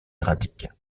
erratique